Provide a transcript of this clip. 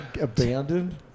Abandoned